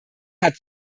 hat